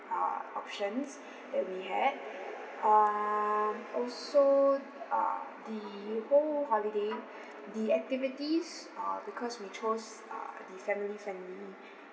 uh options that we had um also uh the whole holiday the activities uh because we chose uh the family friendly